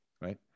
Right